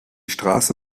straße